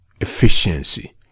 efficiency